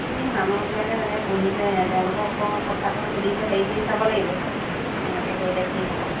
এই মানুহবিলাকে যেনেকে পুহি যে তেওঁলোকক অকণ কথাটো সুধিলে হেৰি কৰি চাব লাগিব কেনেকে কৰিলে কি হ'ব